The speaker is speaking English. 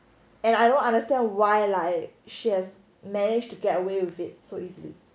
and I don't understand why like she has managed to get away with it so easily